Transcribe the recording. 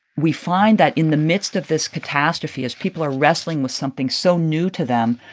we find that in the midst of this catastrophe, as people are wrestling with something so new to them,